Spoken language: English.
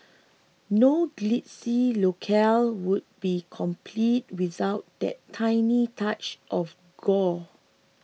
no glitzy locale would be complete without that tiny touch of gore